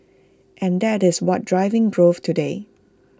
and that is what is driving growth today